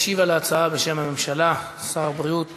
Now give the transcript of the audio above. משיב על ההצעה בשם הממשלה שר הבריאות